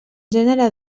gènere